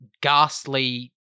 ghastly